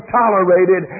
tolerated